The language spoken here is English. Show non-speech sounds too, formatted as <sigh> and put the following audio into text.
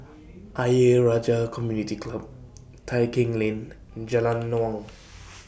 Ayer Rajah Community Club Tai Keng Lane <noise> Jalan Naung <noise>